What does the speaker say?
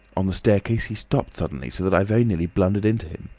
on the staircase he stopped suddenly, so that i very nearly blundered into him.